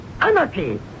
Anarchy